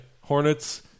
Hornets